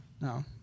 No